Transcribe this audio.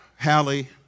Hallie